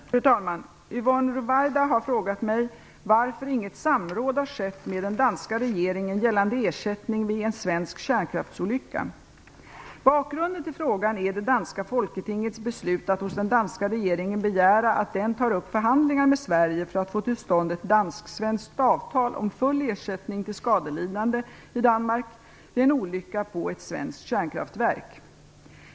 Fru talman! Yvonne Ruwaida har frågat mig varför inget samråd har skett med den danska regeringen gällande ersättning vid en svensk kärnkraftsolycka. Bakgrunden till frågan är det danska Folketingets beslut att hos den danska regeringen begära att den tar upp förhandlingar med Sverige för att få till stånd ett dansk-svenskt avtal om full ersättning till skadelidande i Danmark vid en olycka på ett svenskt kärnkraftverk.